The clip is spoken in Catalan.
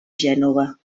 gènova